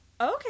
okay